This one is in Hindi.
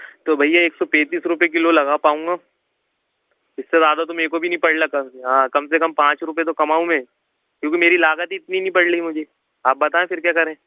तो भैया एक सौ पैंतीस रूपए किलो लगा पाउँगा इससे ज़्यादा तो मेरे को भी नहीं पड़ रहा हाँ कम से कम पाँच रुपए तो कमाऊं मैं क्योंकि मेरी लागत ही इतनी नहीं पड़ रही मुझे आप बताएं फिर क्या करें